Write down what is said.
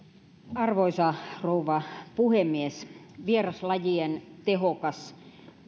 arvoisa rouva puhemies vieraslajien tehokas